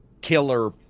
killer